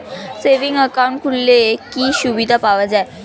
Savings account খুললে কি সুবিধা পাওয়া যায়?